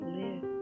live